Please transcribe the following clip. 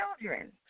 children